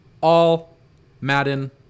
All-Madden